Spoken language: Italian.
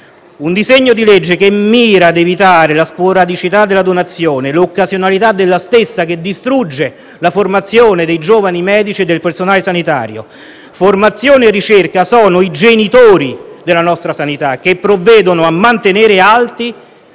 Un disegno di legge che mira ad evitare la sporadicità della donazione, l'occasionalità della stessa, che distrugge la formazione dei giovani medici e del personale sanitario. Formazione e ricerca sono i genitori della nostra sanità, che provvedono a mantenere alti